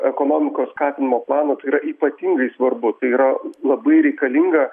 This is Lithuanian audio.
ekonomikos skatinimo planą tai yra ypatingai svarbu tai yra labai reikalinga